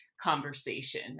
conversation